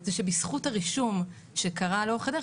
זה שבזכות הרישום שקרה לאורך הדרך,